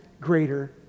greater